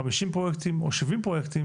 50 פרויקטים או 70 פרויקטים,